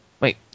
Wait